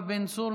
יואב בן צור,